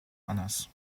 honors